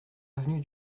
avenue